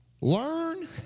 Learn